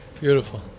beautiful